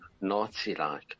Nazi-like